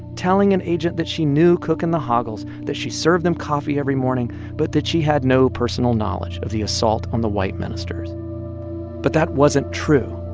telling an agent that she knew cook and the hoggles, that she served them coffee every morning but that she had no personal knowledge of the assault on the white ministers but that wasn't true.